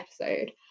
episode